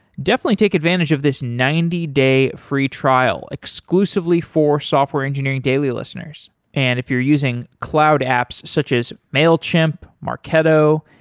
definitely take advantage of this ninety day free trial exclusively for software engineering daily listeners. and if you're using cloud apps such as mailchimp, marketo,